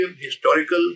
historical